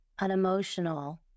unemotional